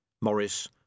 Morris